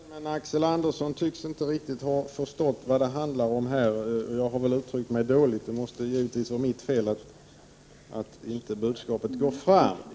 Herr talman! Jag är ledsen, men Axel Andersson tycks inte riktigt ha förstått vad det handlar om. Jag har väl uttryckt mig dåligt. Det måste givetvis vara mitt fel att inte budskapet går fram.